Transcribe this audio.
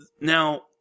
Now